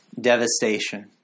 devastation